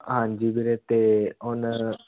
ਹਾਂਜੀ ਵੀਰੇ ਅਤੇ ਹੁਣ